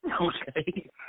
Okay